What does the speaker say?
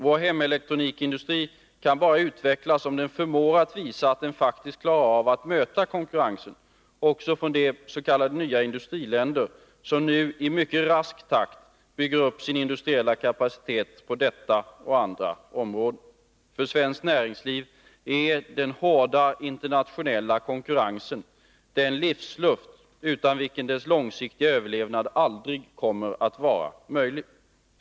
Vår hemelektronikindustri kan bara utvecklas om den förmår att visa att den faktiskt klarar av att möta konkurrensen också från de s.k. nya industriländer som nu i mycket rask takt bygger upp sin industriella kapacitet på detta och andra områden. För svenskt näringsliv är den hårda internationella konkurrensen den livsluft utan vilken dess långsiktiga överlevnad aldrig kommer att vara möjlig.